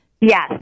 Yes